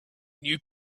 new